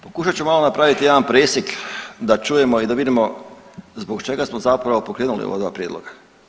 Pokušat ću malo napraviti jedan presjek da čujemo i da vidimo zbog čega smo zapravo pokrenuli ova dva prijedloga.